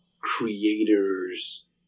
creators